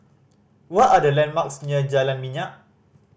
what are the landmarks near Jalan Minyak